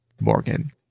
Morgan